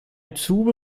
tube